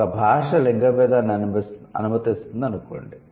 ఒక భాష లింగ భేదాన్ని అనుమతిస్తుంది అనుకోండి